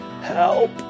Help